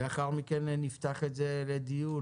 לאחר מכן נפתח את זה לדיון,